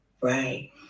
right